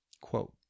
quote